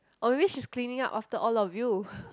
Or maybe she is cleaning up after all of you